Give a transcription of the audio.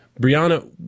Brianna